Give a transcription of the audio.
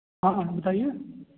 ہاں بتائیے